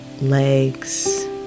legs